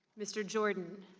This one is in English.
mr. jordan?